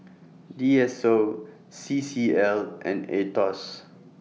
D S O C C L and Aetos